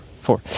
four